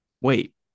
wait